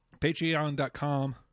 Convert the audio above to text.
patreon.com